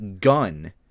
gun